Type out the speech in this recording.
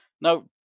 Now